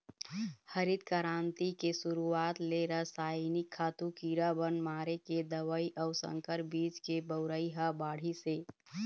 हरित करांति के सुरूवात ले रसइनिक खातू, कीरा बन मारे के दवई अउ संकर बीज के बउरई ह बाढ़िस हे